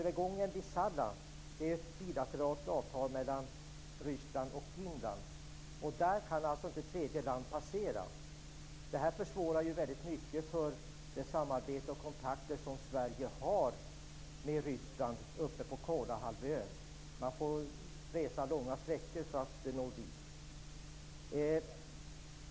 Det finns ett bilateralt avtal mellan Finland och Ryssland om gränsövergången vid Salla. Där kan alltså inte tredje land passera. Detta försvårar väldigt mycket för det samarbete och de kontakter som Sverige har med Ryssland på Kolahalvön - man får resa långa sträckor för att komma dit.